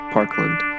Parkland